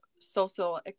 social